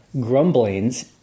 grumblings